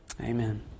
Amen